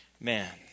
man